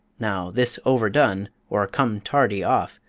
now, this overdone, or come tardy off,